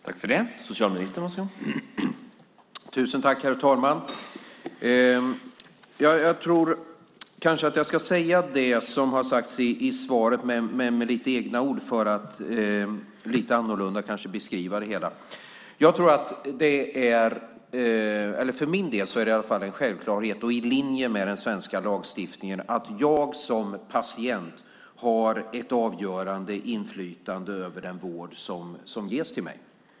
Herr talman! Jag tror kanske att jag ska säga det som har sagts i interpellationssvaret men med lite egna ord för att lite annorlunda beskriva det hela. För min del är det en självklarhet och i linje med den svenska lagstiftningen att jag som patient har ett avgörande inflytande över den vård som ges till mig.